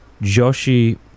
Joshi